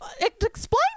Explain